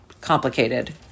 complicated